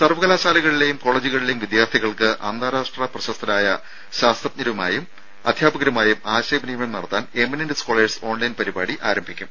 സർവ്വകലാശാലകളിലെയും കോളേജുകളിലെയും വിദ്യാർത്ഥികൾക്ക് അന്താരാഷ്ട്ര പ്രശസ്തരായ ശാസ്ത്രജ്ഞരുമായും അധ്യാപകരുമായും ആശയവിനിമയം നടത്താൻ എമിനന്റ് സ്കോളേഴ്സ് ഓൺലൈൻ പരിപാടി ആരംഭിക്കും